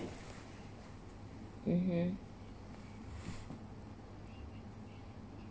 mmhmm